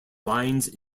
lines